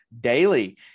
daily